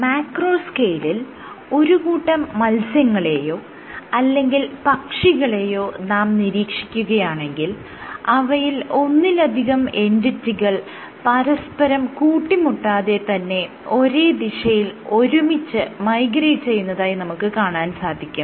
macro സ്കെയിലിൽ ഒരു കൂട്ടം മത്സ്യങ്ങളെയോ അല്ലെങ്കിൽ പക്ഷികളെയോ നാം നിരീക്ഷിക്കുകയാണെങ്കിൽ അവയിൽ ഒന്നിലധികം എന്റിറ്റികൾ പരസ്പരം കൂട്ടിമുട്ടാതെ തന്നെ ഒരേ ദിശയിൽ ഒരുമിച്ച് മൈഗ്രേറ്റ് ചെയ്യുന്നതായി നമുക്ക് കാണാൻ സാധിക്കും